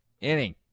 Inning